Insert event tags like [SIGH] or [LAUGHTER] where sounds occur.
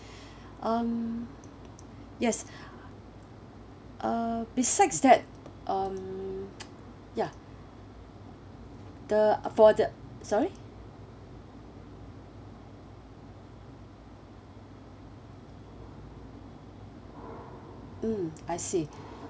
[BREATH] um yes uh besides that um [NOISE] ya the for the sorry mm I see